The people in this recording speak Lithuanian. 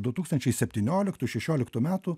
du tūkstančiai septynioliktų šešioliktų metų